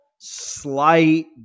slight